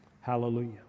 Hallelujah